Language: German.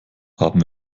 haben